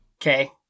Okay